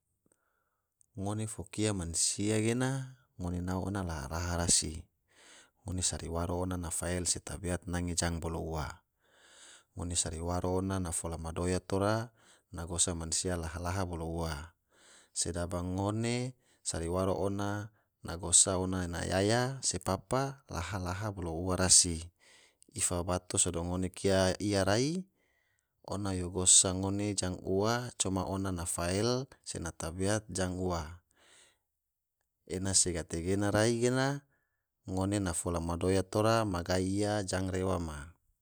Ngone fo kia mansia gena ngone nao ona laha laha rasi, ngone sari waro ona na fael se tabeat nage jang bolo ua, ngone sari waro ona na fola madoya tora na gosa mansia laha bolo ua, sedaba ngone sari waro ona na gosa ona na yaya se papa laha laha bolo ua rasi ifa bato sado ngone kia iya rai ona yo gosa ngone jang ua coma ona fael se ona na tabeat jang ua ene se gategena rai gena ngone na fola madoya magai iya jang rewa ma.